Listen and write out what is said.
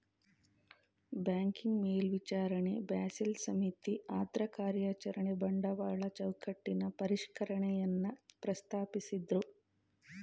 banking ಮೇಲ್ವಿಚಾರಣೆ Basel ಸಮಿತಿ ಅದ್ರಕಾರ್ಯಚರಣೆ ಬಂಡವಾಳ ಚೌಕಟ್ಟಿನ ಪರಿಷ್ಕರಣೆಯನ್ನ ಪ್ರಸ್ತಾಪಿಸಿದ್ದ್ರು